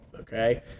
okay